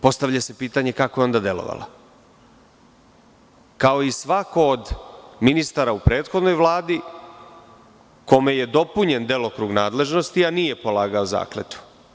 Postavlja se pitanje kako je onda delovala, kao i svako od ministara u prethodnoj Vladi kome je dopunjen delokrug nadležnosti, a nije polagao zakletvu?